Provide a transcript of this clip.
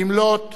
במלאות